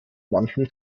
manchem